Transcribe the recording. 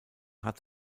hat